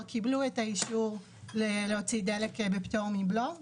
קיבלו את האישור להוציא דלק פטור מבלו,